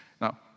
now